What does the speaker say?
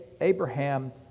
Abraham